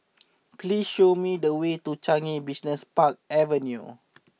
please show me the way to Changi Business Park Avenue